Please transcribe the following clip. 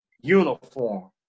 Uniform